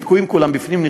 הם תקועים כולם בפנים,